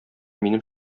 минем